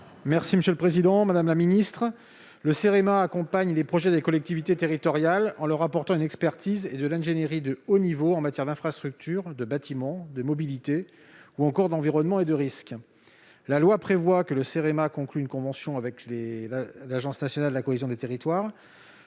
: La parole est à M. Éric Gold. Le Cerema accompagne les projets des collectivités territoriales en leur apportant une expertise et de l'ingénierie de haut niveau en matière d'infrastructures, de bâtiments, de mobilité ou encore d'environnement et de risques. La loi prévoit que le Cerema conclue une convention avec l'Agence nationale de la cohésion des territoires